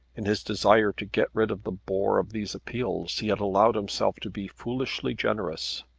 in his desire to get rid of the bore of these appeals, he had allowed himself to be foolishly generous.